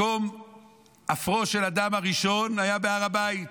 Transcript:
מקום אפרו של אדם הראשון היה בהר הבית.